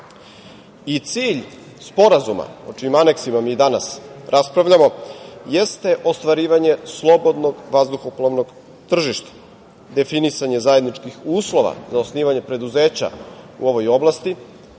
Cilj sporazuma o čijim aneksima mi danas raspravljamo jeste ostvarivanje slobodnog vazduhoplovnog tržišta, definisanje zajedničkih uslova za osnivanje preduzeća u ovoj oblasti,